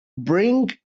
bring